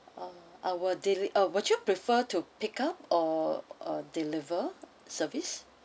um our deliv~ uh would you prefer to pick up or deliver service